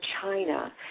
china